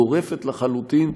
גורפת לחלוטין,